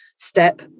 step